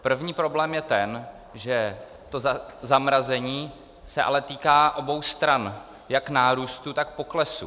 První problém je ten, že to zamrazení se ale týká obou stran, jak nárůstu, tak poklesu.